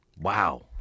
wow